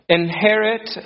inherit